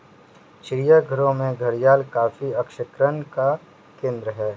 चिड़ियाघरों में घड़ियाल काफी आकर्षण का केंद्र है